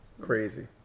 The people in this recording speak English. crazy